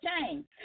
change